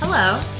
Hello